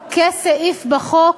הכנסנו בחוק, כסעיף בחוק,